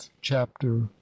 chapter